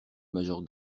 major